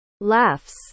Laughs